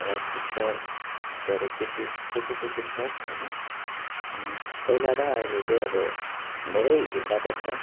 rice cooker त्यस्तोहरू के के के के के के छ हैन अनि पहिला र अहिले चाहिँ अब धेरै भिन्नता थियो